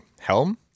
Helm